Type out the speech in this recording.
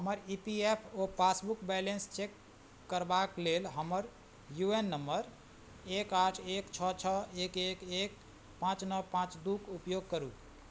हमर E P F O passbook balance check करबाक लेल हमर यू एन नंबर एक आठ एक छओ छओ एक एक एक पाँच नओ पाँच दू के उपयोग करू